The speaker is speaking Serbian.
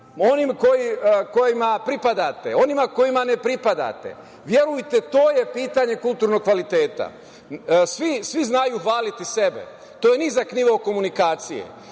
onim kojima pripadate, onima kojima ne pripadate. Verujete, to je pitanje kulturnog kvaliteta. Svi znaju hvaliti sebe, to je nizak nivo komunikacije.